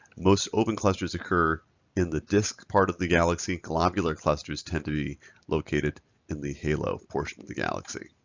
most open clusters occur in the disk part of the galaxy. globular clusters tend to be located in the halo portion of the galaxy.